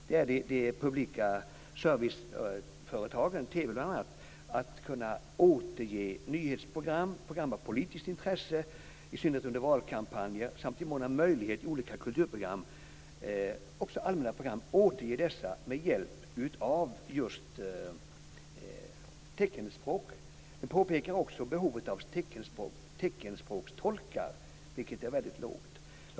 Det handlar om de publika serviceföretagen, bl.a. TV, och om att kunna återge nyhetsprogram, program av politiskt intresse, i synnerhet under valkampanjer, samt i mån av möjlighet olika kulturprogram och allmänna program med hjälp av teckenspråk. Man påpekar också behovet av en ökning av antalet teckenspråkstolkar, vilket är väldigt lågt i dag.